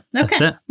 Okay